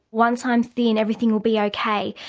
once i'm thin everything will be ok.